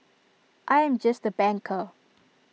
I am just A banker